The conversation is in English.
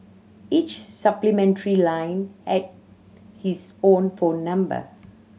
each supplementary line had his own phone number